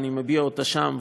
אני מביע אותה שם,